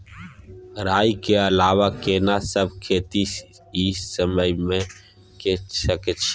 राई के अलावा केना सब खेती इ समय म के सकैछी?